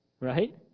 right